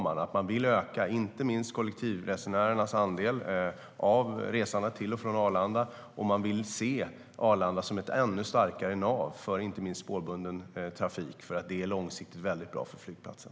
Man vill öka inte minst kollektivresornas andel av resorna till och från Arlanda, och man vill se Arlanda som ett ännu starkare nav för inte minst spårbunden trafik, för det är långsiktigt väldigt bra för flygplatsen.